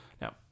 Now